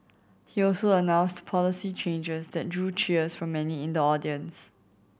he also announced policy changes that drew cheers from many in the audience